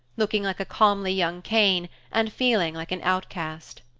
looking like a comely young cain and feeling like an outcast.